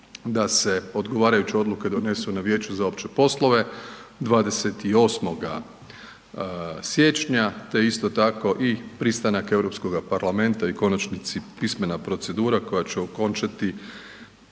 da se odgovarajuće odluke donesu na Vijeću za opće poslove 28. siječnja, te isto tako i pristanak Europskoga parlamenta i u konačnici pismena procedura koja će okončati